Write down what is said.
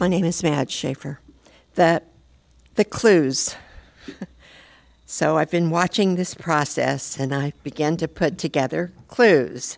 my name is matt shafer that the clues so i've been watching this process and i began to put together clues